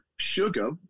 sugar